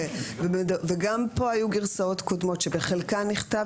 גם כאן היו גרסאות קודמות שבחלקן נכתב